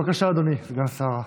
בבקשה, אדוני סגן השרה.